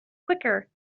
quicker